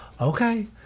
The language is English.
okay